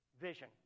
vision